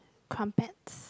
crumpets